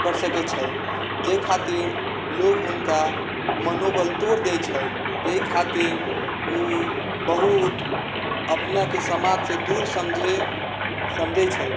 कर सकै छै जै खातिर लोग उनका मनोबल तोड़ दय छै जै खातिर उ बहुत अपना के समाज से दूर समझे समझै छै